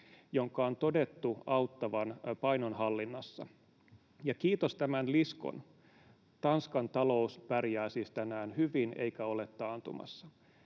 jonka on todettu auttavan painonhallinnassa. Kiitos tämän liskon, Tanskan talous pärjää siis tänään hyvin eikä ole taantumassa.